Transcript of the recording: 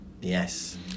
Yes